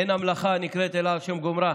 אין המלאכה נקראת אלא על שם גומרה.